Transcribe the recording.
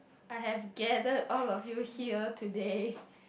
I have gathered all of you here today